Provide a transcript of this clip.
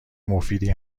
مفیدی